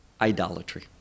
Idolatry